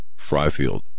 Fryfield